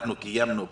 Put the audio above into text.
שאנחנו קיימנו פה,